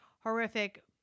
horrific